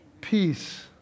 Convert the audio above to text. Peace